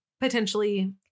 potentially